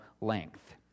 length